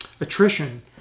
attrition